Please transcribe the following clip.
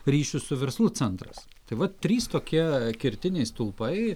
ryšių su verslu centras tai va trys tokie kertiniai stulpai